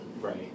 Right